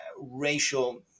racial